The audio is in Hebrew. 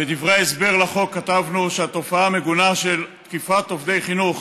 בדברי ההסבר לחוק כתבנו שהתופעה המגונה של תקיפת עובדי חינוך